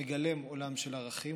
מגלם עולם של ערכים,